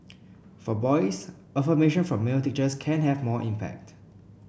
for boys affirmation from male teachers can have more impact